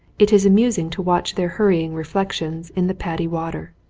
it is amusing to watch their hurrying reflections in the padi water.